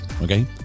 okay